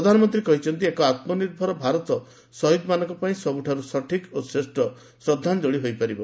ପ୍ରଧାନମନ୍ତ୍ରୀ କହିଛନ୍ତି ଏକ ଆତ୍ମନିର୍ଭର ଭାରତ ଶହୀଦମାନଙ୍କ ପାଇଁ ସବୁଠାରୁ ସଠିକ୍ ଓ ଶ୍ରେଷ୍ଠ ଶ୍ରଦ୍ଧାଞ୍ଜଳି ହୋଇପାରିବ